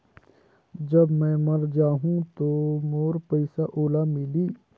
जब मै मर जाहूं तो मोर पइसा ओला मिली?